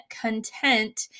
content